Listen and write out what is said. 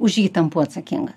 už jį tampu atsakingas